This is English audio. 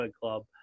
club